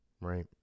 right